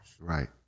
right